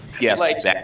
yes